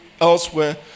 elsewhere